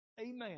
Amen